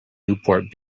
newport